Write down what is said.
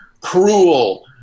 cruel